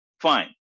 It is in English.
Fine